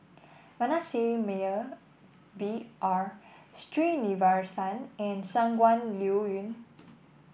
Manasseh Meyer B R Sreenivasan and Shangguan Liuyun